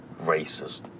racist